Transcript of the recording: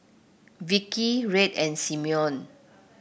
Vickey Red and Simone